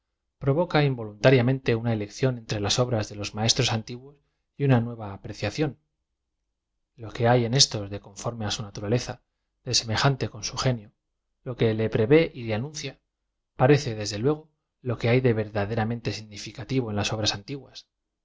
ft ente una elección entre laa obras de los maestros antiguos y una nueva apreciación lo que hay en éstos de conforme á su naturaleza desem ejante con su genio lo que le p revé y le anuncia parece desde lúe go lo que hay de verdaderamente significativo en las obras antiguas